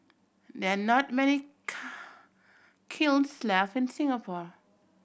there are not many kilns left in Singapore